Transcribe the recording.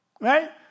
right